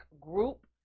group